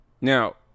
Now